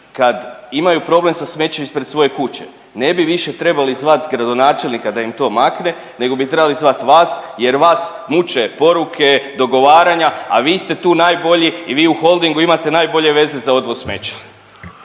kad imaju problem sa smećem ispred svoje kuće, ne bi više trebali zvat gradonačelnika da im to makne nego bi trebali zvati vas jer vas muče poruke, dogovaranja, a ti ste tu najbolji i vi u Holdingu imate najbolje veze za odvoz smeća.